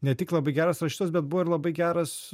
ne tik labai geras rašytojas bet buvo ir labai geras